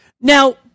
Now